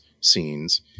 scenes